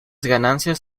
ganancias